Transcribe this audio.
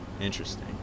Interesting